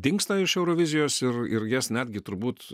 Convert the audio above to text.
dingsta iš eurovizijos ir ir jas netgi turbūt